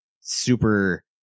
super